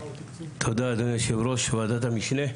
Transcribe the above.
תודה אדוני יו"ר ועדת המשנה.